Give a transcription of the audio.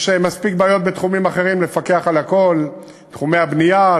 יש מספיק בעיות בתחומים אחרים לפקח על הכול: תחומי הבנייה,